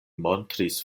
montris